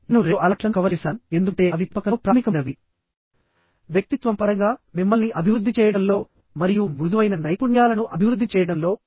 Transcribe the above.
నేను రెండు అలవాట్లను కవర్ చేసాను ఎందుకంటే అవి పెంపకంలో ప్రాథమికమైనవి వ్యక్తిత్వం పరంగా మిమ్మల్ని అభివృద్ధి చేయడంలో మరియు మృదువైన నైపుణ్యాలను అభివృద్ధి చేయడంలో